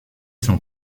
sont